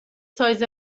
سایز